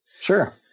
Sure